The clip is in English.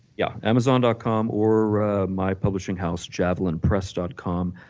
yeah, amazon dot com or my publishing house javelinpress dot com,